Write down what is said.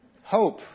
hope